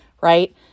right